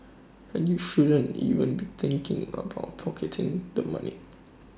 and you shouldn't even be thinking about pocketing the money